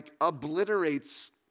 obliterates